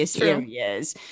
areas